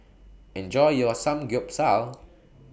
Enjoy your Samgyeopsal